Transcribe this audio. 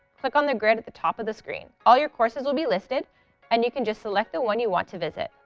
click on the grid at the top of the screen. all your courses will be listed and you can just select the one you want to visit.